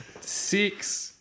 Six